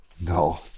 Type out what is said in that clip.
No